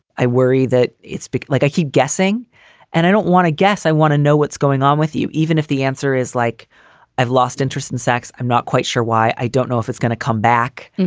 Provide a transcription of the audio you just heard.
i worry that it's like i keep guessing and i don't want to guess. i want to know what's going on with you, even if the answer is like i've lost interest in sex. i'm not quite sure why. i don't know if it's going to come back.